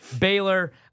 Baylor